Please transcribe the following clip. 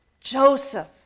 Joseph